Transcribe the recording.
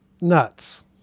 Nuts